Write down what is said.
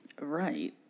Right